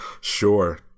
Sure